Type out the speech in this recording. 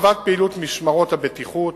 הרחבת פעילות משמרות הבטיחות,